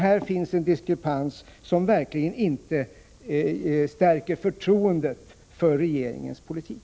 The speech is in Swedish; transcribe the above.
Här finns en diskrepans som verkligen inte stärker förtroendet för regeringens politik.